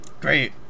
Great